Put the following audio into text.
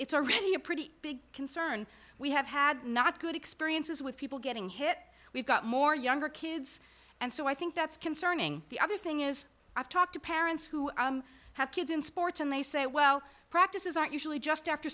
it's already a pretty big concern we have had not good experiences with people getting hit we've got more younger kids and so i think that's concerning the other thing is i've talked to parents who have kids in sports and they say well practices aren't usually just after